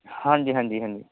ਹਾਂਜੀ ਹਾਂਜੀ ਹਾਂਜੀ